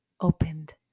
opened